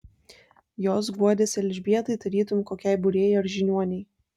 jos guodėsi elžbietai tarytum kokiai būrėjai ar žiniuonei